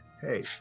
Hey